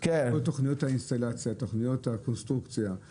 את כל תכניות האינסטלציה, תכניות הקונסטרוקציה.